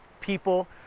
people